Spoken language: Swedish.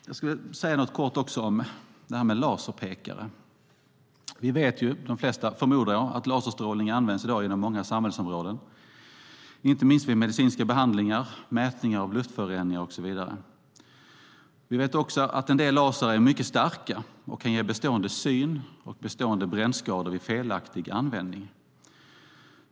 Jag vill säga något kort också om laserpekare. Jag förmodar att de flesta vet att laserstrålning används i dag inom många samhällsområden, inte minst vid medicinska behandlingar och mätningar av luftföroreningar och så vidare. Vi vet också att en del lasrar är mycket starka och kan ge bestående syn och brännskador vid felaktig användning.